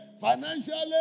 financially